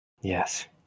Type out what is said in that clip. Yes